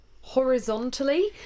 horizontally